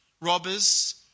robbers